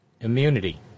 immunity